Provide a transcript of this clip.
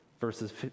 Verses